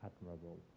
admirable